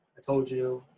i told you